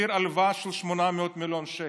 תחזיר הלוואה של 800 מיליון שקל.